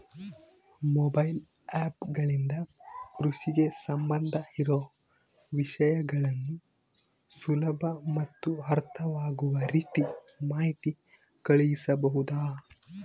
Mobile app ಗಳಿಂದ ಕೃಷಿಗೆ ಸಂಬಂಧ ಇರೊ ವಿಷಯಗಳನ್ನು ಸುಲಭ ಮತ್ತು ಅರ್ಥವಾಗುವ ರೇತಿ ಮಾಹಿತಿ ಕಳಿಸಬಹುದಾ?